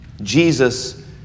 Jesus